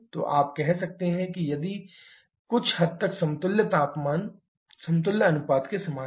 तो आप यह भी कह सकते हैं कि यह कुछ हद तक समतुल्य अनुपात के समान है